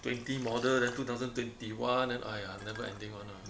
twenty model then two thousand twenty-one then !aiya! never ending [one] ah